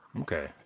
Okay